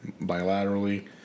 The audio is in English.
bilaterally